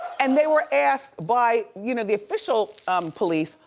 and they were asked by you know the official police,